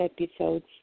episodes